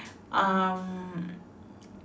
um